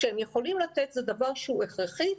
זה דבר שהוא הכרחי.